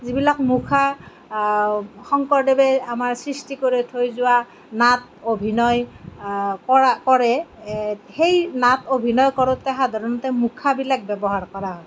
যিবিলাক মুখা শংকৰদেৱে আমাৰ সৃষ্টি কৰি থৈ যোৱা নাট অভিনয় কৰা কৰে সেই নাট অভিনয় কৰোঁতে সাধাৰণতে মুখাবিলাক ব্যৱহাৰ কৰা হয়